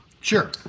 sure